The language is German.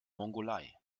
mongolei